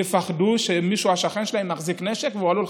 יפחדו שהשכן שלהם מחזיק נשק והוא עלול,